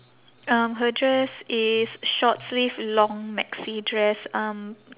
um her dress is short sleeve long maxi dress um